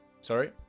Sorry